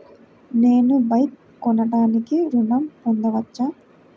నేను బైక్ కొనటానికి ఋణం పొందవచ్చా?